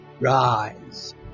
rise